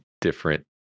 different